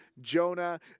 Jonah